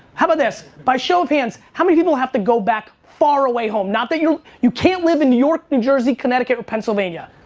how about this, by show hands, how many people have to go back far away home. not that you're, you can't live in new york, new jersey, connecticut or pennsylvannia